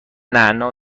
نعنا